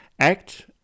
act